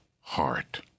heart